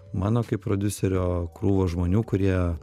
mano kaip prodiuserio krūva žmonių kurie